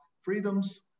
freedoms